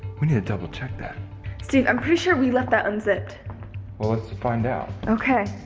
we need to double check that steve i'm pretty sure we left that unzipped well let's find out. okay.